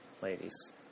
ladies